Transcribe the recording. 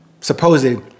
Supposed